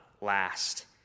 last